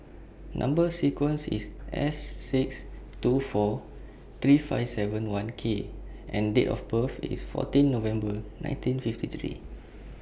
Number sequence IS S six two four three five seven one K and Date of birth IS fourteen November nineteen fifty three